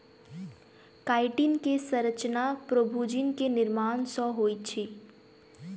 chitin के संरचना प्रोभूजिन के निर्माण सॅ होइत अछि